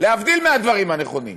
להבדיל מהדברים האחרים.